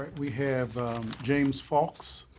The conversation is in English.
we have james faulks